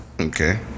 Okay